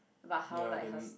about how like her's